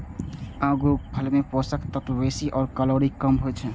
अंगूरफल मे पोषक तत्व बेसी आ कैलोरी कम होइ छै